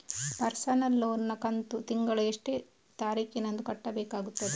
Personal loan ನ ಕಂತು ತಿಂಗಳ ಎಷ್ಟೇ ತಾರೀಕಿನಂದು ಕಟ್ಟಬೇಕಾಗುತ್ತದೆ?